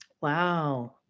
Wow